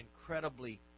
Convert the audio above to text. incredibly